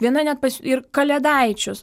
viena net ir kalėdaičius